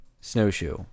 Snowshoe